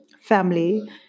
family